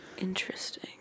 Interesting